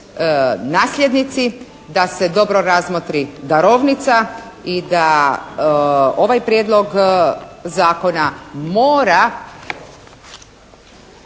nasljednici, da se dobro razmotri darovnica i da ovaj Prijedlog zakona mora